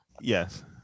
Yes